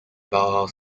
bauhaus